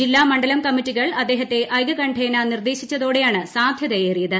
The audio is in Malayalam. ജില്ല മണ്ഡലം കമ്മിറ്റികൾ അദ്ദേഹത്തെ ഐക്യകണ്ഠേന നിർദ്ദേശിച്ചതോടെയാണ് സാധ്യത ഏറിയത്